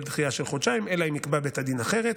דחייה של חודשיים אלא אם כן יקבע בית הדין אחרת.